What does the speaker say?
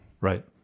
Right